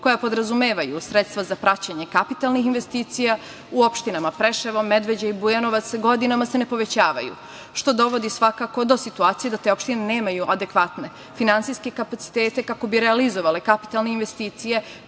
koja podrazumevaju sredstva za praćenje kapitalnih investicija u opštinama Preševo, Medveđa i Bujanovac godinama se ne povećavaju, što dovodi svakako do situacije da te opštine nemaju adekvatne finansijske kapacitete kako bi realizovale kapitalne investicije